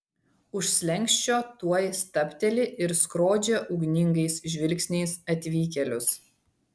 už slenksčio tuoj stabteli ir skrodžia ugningais žvilgsniais atvykėlius